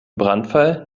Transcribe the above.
brandfall